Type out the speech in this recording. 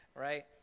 right